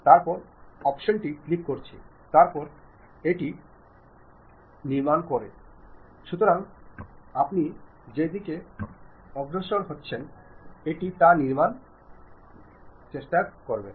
അതിനാൽ grapevine grapevine അപവാദമോ രഹസ്യമോ പ്രചരിക്കുന്ന മാര്ഗം എന്ന് വിളിക്കപ്പെടുന്ന അനൌപചാരിക ചാനലിലായിരിക്കും ജീവനക്കാരിൽ കൂടുതൽ പേരെ കാണാൻ കഴിയുക